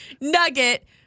nugget